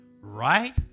right